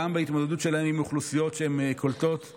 גם בהתמודדות שלה עם אוכלוסיות שהן קולטות,